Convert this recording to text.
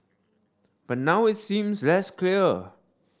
but now it seems less clear